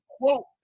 quote